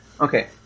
Okay